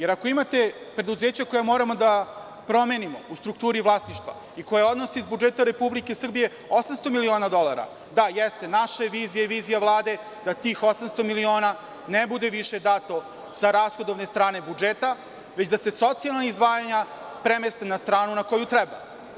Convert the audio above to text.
Ako imate preduzeća koja moramo da promenimo u strukturi vlasništva i koja odnose iz budžeta Republike Srbije 800 miliona dolara, da jeste, naša je vizija i vizija Vlade da tih 800 miliona ne bude više dato sa rashodovne strane budžeta, već da se socijalna izdvajanja premeste na stranu na koju treba.